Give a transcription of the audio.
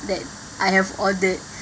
that I have ordered